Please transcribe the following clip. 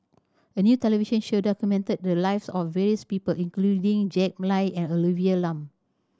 a new television show documented the lives of various people including Jack Lai and Olivia Lum